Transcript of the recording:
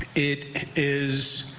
it is